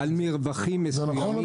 זה נכון?